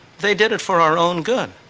they did it for our own good.